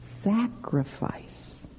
sacrifice